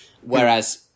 Whereas